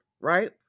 right